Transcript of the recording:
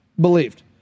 believed